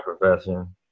profession